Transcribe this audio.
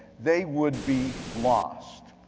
they would be lost.